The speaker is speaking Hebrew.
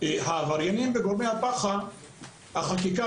העבריינים וגורמי הפח"ע - החקיקה